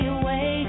away